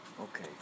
Okay